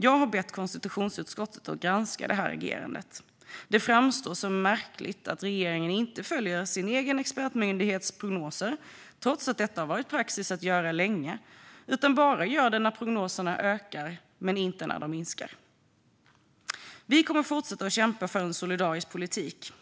Jag har bett konstitutionsutskottet att granska detta agerande. Det framstår som märkligt att regeringen inte följer sin egen expertmyndighets prognoser, trots att detta länge varit praxis att göra. Man följer bara prognoserna när de ökar och inte när de minskar. Vi kommer att fortsätta kämpa för en solidarisk politik.